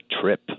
trip